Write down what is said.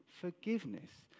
forgiveness